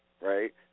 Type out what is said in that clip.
right